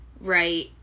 right